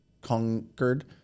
conquered